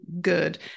good